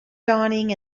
dawning